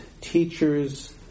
teachers